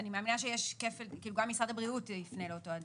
אני מאמינה שגם משרד הבריאות יפנה לאותו אדם.